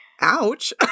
ouch